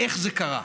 איך זה קרה?